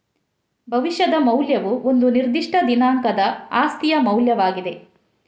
ಭವಿಷ್ಯದ ಮೌಲ್ಯವು ಒಂದು ನಿರ್ದಿಷ್ಟ ದಿನಾಂಕದ ಆಸ್ತಿಯ ಮೌಲ್ಯವಾಗಿದೆ